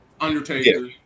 Undertaker